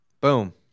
boom